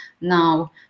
Now